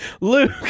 Luke